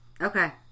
Okay